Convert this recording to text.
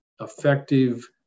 effective